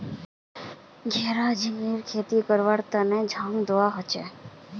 घेरा झिंगलीर खेती करवार तने झांग दिबा हछेक